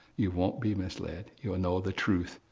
you won't be misled. you will know the truth,